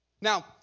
Now